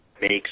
makes